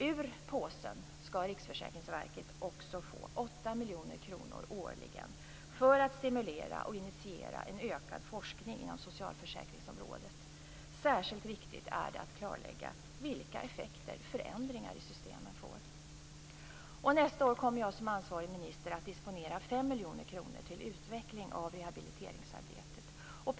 Ur påsen skall Riksförsäkringsverket få 8 miljoner kronor årligen för att stimulera och initiera en ökad forskning inom socialförsäkringsområdet. Särskilt viktigt är det att klarlägga vilka effekter förändringar i systemen får. Nästa år kommer jag som ansvarig minister att disponera 5 miljoner kronor till utveckling av rehabiliteringsarbetet.